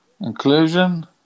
Inclusion